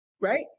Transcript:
right